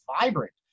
vibrant